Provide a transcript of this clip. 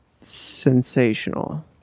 Sensational